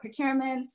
procurements